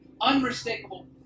unmistakable